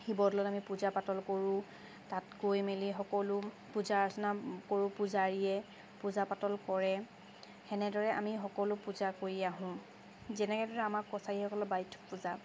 শিৱদ'লত আমি পূজা পাতল কৰোঁ তাত গৈ মেলি সকলো পূজা অৰ্চনা কৰোঁ পূজাৰীয়ে পূজা পাতল কৰে সেনেদৰে আমি সকলো পূজা কৰি আহোঁ যেনেদৰে আমাৰ কছাৰীসকলৰ বাইথ' পূজা